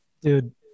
Dude